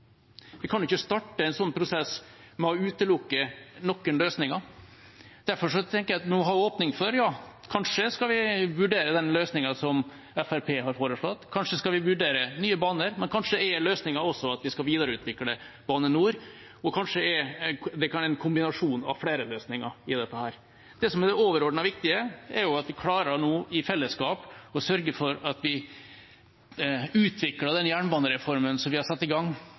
Derfor tenker jeg at vi må ha en åpning for kanskje å vurdere den løsningen som Fremskrittspartiet har foreslått. Kanskje skal vi vurdere Nye Baner, men kanskje er løsningen også at vi skal videreutvikle Bane NOR. Det kan være en kombinasjon av flere løsninger i dette. Det som er det overordnet viktige, er at vi i fellesskap klarer å sørge for at vi utvikler den jernbanereformen vi har satt i gang,